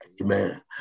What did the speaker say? amen